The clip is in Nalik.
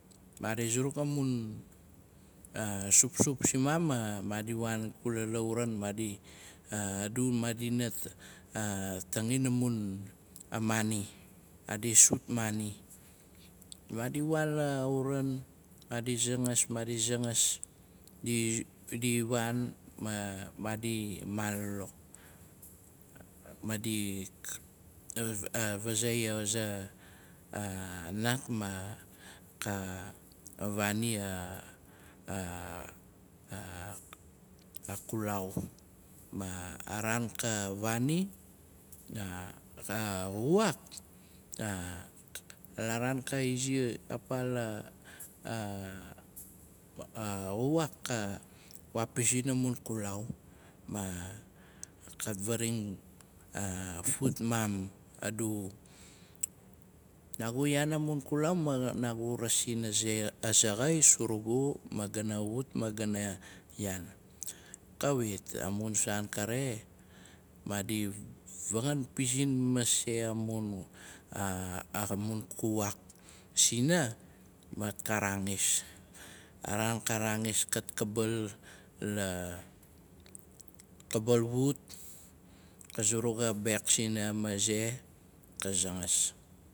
Maadi suruk amun supsup simam, ma maadi waan akula lauran maadi, adu ma- ina a tangin amun a maani. Maadi sut maani. Maadi waan lauran, maadi zangas, maadi vazei aza a naat ma ka vaani a kulau. Ma a raan ka vaani, a ka xuak, la raan ka izi apaa la- a xuak, ka waapizin amun kulau. Ma ka viring fut mam adu, nagu yaan amun kulau manaagu rasin azaxai surugu ma gana yaan. Kawitamun saan kare, maadi vangan pizin mase amun a xuak sina, ma ka raangis. A raan ka raangis, kat kabal wut, ka zuruk a bek sina maze, ka zangas.